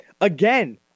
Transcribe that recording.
Again